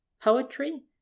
Poetry